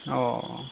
অঁ